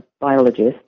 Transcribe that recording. biologist –